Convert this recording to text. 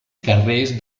carrers